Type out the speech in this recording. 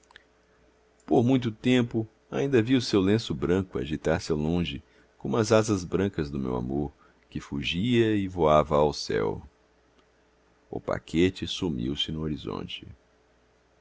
por muito tempo ainda vi o seu lenço branco agitar se ao longe como as asas brancas do meu amor que fugia e voava ao céu o paquete sumiu-se no horizonte